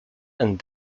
and